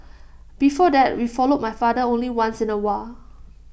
before that we followed my father only once in A while